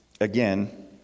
again